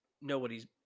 nobody's